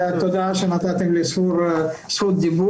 תודה שנתתם לי זכות דיבור.